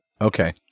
Okay